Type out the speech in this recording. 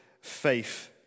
faith